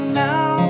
now